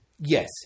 Yes